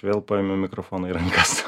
vėl paėmiau mikrofoną į rankas